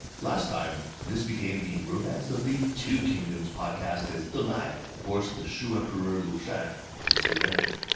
last time, this became the romance of the two kingdoms podcast, as deng ai forced the shu emperor liu shan to surrender.